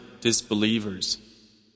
disbelievers